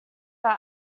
are